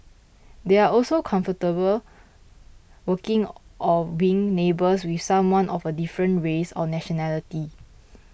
they are also comfortable working or being neighbours with someone of a different race or nationality